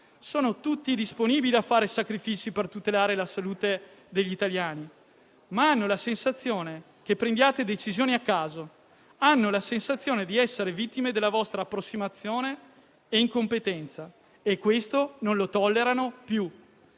sono disponibili a fare sacrifici per tutelare la salute degli italiani, ma hanno la sensazione che prendiate decisioni a caso e di essere vittime della vostra approssimazione e incompetenza. Questo non lo tollerano più.